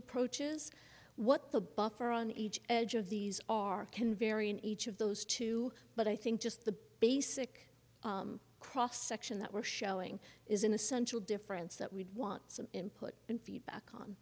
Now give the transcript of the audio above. approaches what the buffer on each edge of these are can vary in each of those two but i think just the basic cross section that we're showing is an essential difference that we'd want some input and feedback